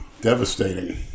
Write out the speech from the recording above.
devastating